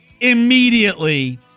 immediately